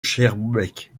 schaerbeek